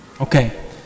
Okay